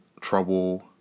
trouble